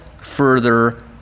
further